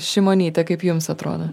šimonytę kaip jums atrodo